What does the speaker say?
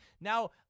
Now